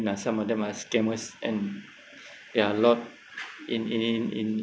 some of them are scammers and there are a lot in in in in